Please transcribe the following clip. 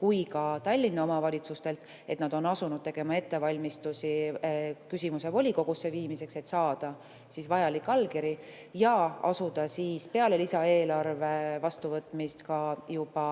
kui ka Tallinna omavalitsuselt, et nad on asunud tegema ettevalmistusi küsimuse volikogusse viimiseks, et saada vajalik allkiri ja asuda peale lisaeelarve vastuvõtmist juba